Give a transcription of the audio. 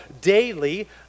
daily